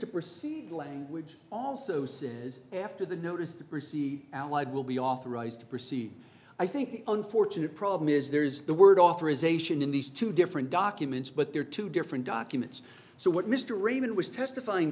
to proceed language also says after the notice to proceed allied will be authorized to proceed i think the unfortunate problem is there is the word authorization in these two different documents but there are two different documents so what mr raymond was testifying